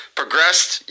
progressed